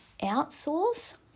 outsource